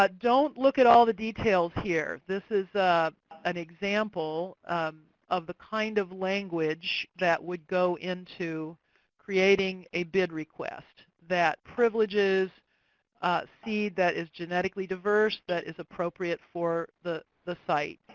don't look at all the details here. this is an example of the kind of language that would go into creating a bid request that privileges seed that is genetically diverse, that is appropriate for the the site.